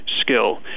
skill